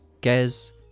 Gez